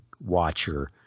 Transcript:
watcher